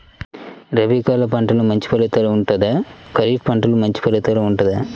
రబీ కాలం పంటలు మంచి ఫలితాలు ఉంటుందా? ఖరీఫ్ పంటలు మంచి ఫలితాలు ఉంటుందా?